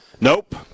Nope